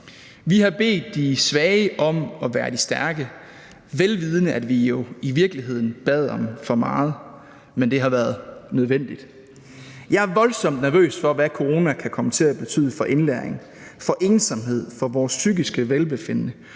Vi har bedt de svage om at være de stærke, vel vidende at vi jo i virkeligheden bad om for meget, men det har været nødvendigt. Jeg er voldsomt nervøs for, hvad corona kan komme til at betyde for indlæring, for ensomhed, for vores psykiske velbefindende